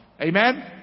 Amen